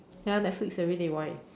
ya netflix everyday why